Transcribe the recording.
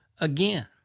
again